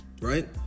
right